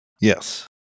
Yes